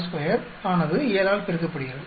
62 ஆனது 7 ஆல் பெருக்கப்படுகிறது